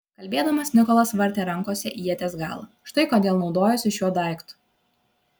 kalbėdamas nikolas vartė rankose ieties galą štai kodėl naudojausi šiuo daiktu